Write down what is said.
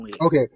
Okay